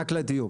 רק לדיוק,